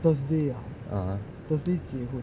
(uh huh)